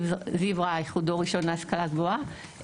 זיו רייך הוא דור ראשון להשכלה גבוהה,